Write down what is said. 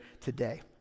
today